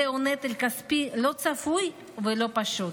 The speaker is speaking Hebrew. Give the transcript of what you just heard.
זהו נטל כספי לא צפוי ולא פשוט.